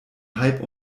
hype